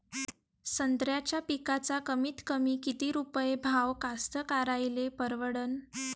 संत्र्याचा पिकाचा कमीतकमी किती रुपये भाव कास्तकाराइले परवडन?